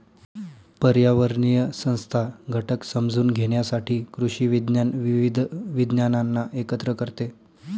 पर्यावरणीय संस्था घटक समजून घेण्यासाठी कृषी विज्ञान विविध विज्ञानांना एकत्र करते